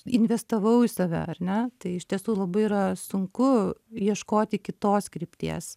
investavau į save ar ne tai iš tiesų labai yra sunku ieškoti kitos krypties